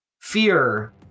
fear